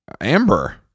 Amber